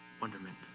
Wonderment